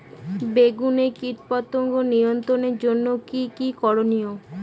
বেগুনে কীটপতঙ্গ নিয়ন্ত্রণের জন্য কি কী করনীয়?